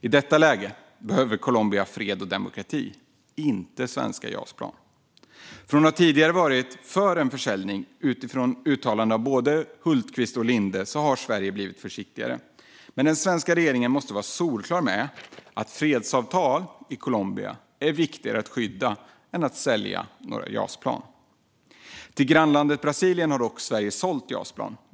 I detta läge behöver Colombia fred och demokrati, inte svenska Jasplan. Från att tidigare varit för en försäljning utifrån uttalande av både Hultqvist och Linde har Sverige blivit försiktigare. Men den svenska regeringen måste vara solklar med att fredsavtal i Colombia är viktigare att skydda än att sälja några Jasplan. Till grannlandet Brasilien har dock Sverige sålt Jasplan.